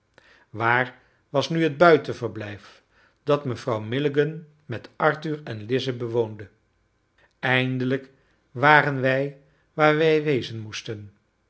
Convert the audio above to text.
waar was nu het buitenverblijf dat mevrouw milligan met arthur en lize bewoonde eindelijk waren wij waar wij wezen moesten